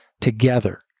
together